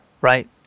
right